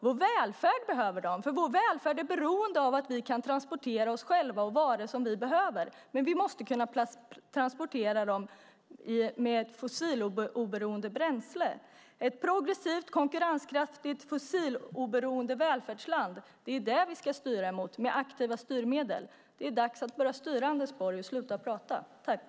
Vår välfärd behöver det, för vår välfärd är beroende av att vi kan transportera oss själva och de varor vi behöver med hjälp av ett fossiloberoende bränsle. Ett progressivt, konkurrenskraftigt fossiloberoende välfärdsland är vad vi ska styra emot med aktiva styrmedel. Det är dags att sluta prata och börja styra, Anders Borg!